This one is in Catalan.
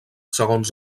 segons